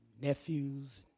nephews